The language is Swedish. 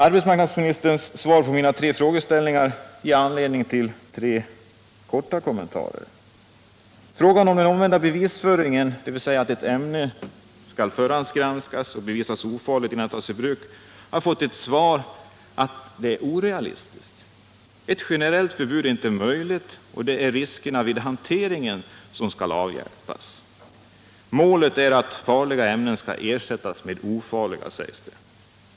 Arbetsmarknadsministerns svar på mina tre frågeställningar ger anledning till tre korta kommentarer. Frågan om den: omvända bevisföringen, dvs. att ett ämne skall förhandsgranskas och bevisas vara ofarligt innan det tas i bruk, har fått svaret att denna målsättning är orealistisk. Ett generellt förbud är inte möjligt. Det är riskerna vid hanteringen som skall avhjälpas. ”Målet är att ersätta farliga ämnen med sådana som är ofarliga”, sägs det.